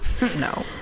No